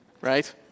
right